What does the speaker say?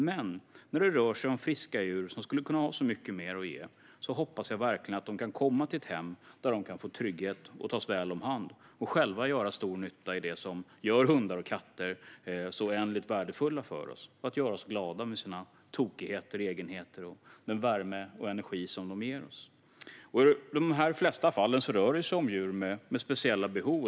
Men när det rör sig om friska djur som skulle kunna ha så mycket mer att ge hoppas jag verkligen att de kan komma till hem där de kan få trygghet och tas väl om hand och själva göra stor nytta i det som gör hundar och katter så oändligt värdefulla för oss: att göra oss glada med sina tokigheter och egenheter och den värme och energi de ger oss. I de flesta fall rör det sig om djur med speciella behov.